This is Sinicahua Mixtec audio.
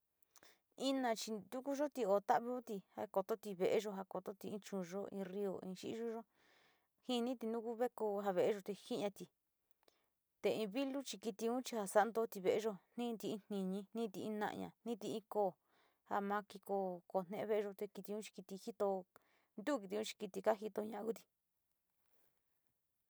Inachi ntukuyo o ta´oviti ja kototi ve´eyo, ja kototi in chuuyo in rrio, in xi´iyuyo, jiniti nau ku ja veekoo la ve´eyo te jia´ati te in vilo chi kitiun chia ja santoo ve´eyo ji nti´i in tiñi, jintii in na´aña, jinti´i in koo ja ma ki ko je ve´eyo te kitiu chi hito ntuji chi kiti kajito ña kuti.